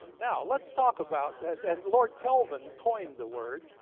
now let's talk about, and lord kelvin coined the word.